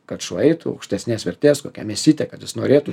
kad šuo eitų aukštesnės vertės kokia mėsytė kad jis norėtų